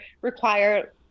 require